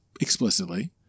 explicitly